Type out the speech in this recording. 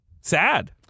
Sad